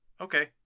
okay